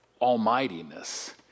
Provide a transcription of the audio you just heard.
almightiness